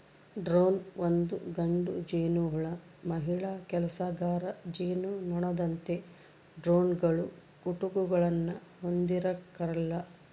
drone ಒಂದು ಗಂಡು ಜೇನುಹುಳು ಮಹಿಳಾ ಕೆಲಸಗಾರ ಜೇನುನೊಣದಂತೆ ಡ್ರೋನ್ಗಳು ಕುಟುಕುಗುಳ್ನ ಹೊಂದಿರಕಲ್ಲ